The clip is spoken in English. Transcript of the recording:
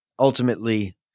Ultimately